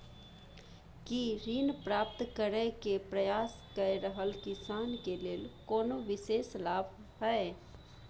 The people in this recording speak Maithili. की ऋण प्राप्त करय के प्रयास कए रहल किसान के लेल कोनो विशेष लाभ हय?